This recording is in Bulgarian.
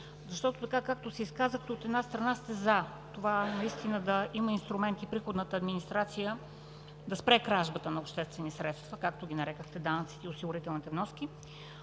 Защото така, както се изказахте, от една страна, сте за това наистина да има инструменти приходната администрация да спре кражбата на обществени средства, както нарекохте данъците и осигурителните вноски.